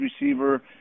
receiver